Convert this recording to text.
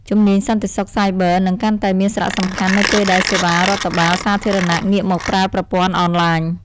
ជំនាញសន្តិសុខសាយប័រនឹងកាន់តែមានសារៈសំខាន់នៅពេលដែលសេវាកម្មរដ្ឋបាលសាធារណៈងាកមកប្រើប្រព័ន្ធអនឡាញ។